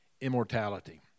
immortality